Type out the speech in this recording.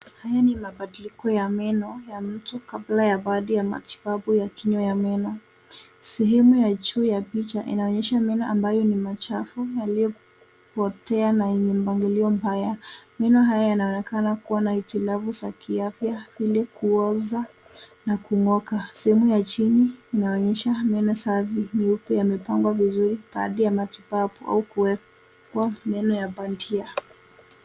Haya ni mabadiliko ya meno ya mtu kabla ya baada ya matibabu ya kinywa ya meno. Sehemu ya juu ya picha inaonyesha meno ambayo ni machafu yaliyopotea na yenye mpangilio mbaya. Meno haya yanaonekana kuwa na hitilafu za kiafya ili kuoza na kungooka. Sehemu ya chini inaonyesha meno safi nyeupe yamepangwa vizuri baada ya matibabu au kuwekwa meno ya bandia.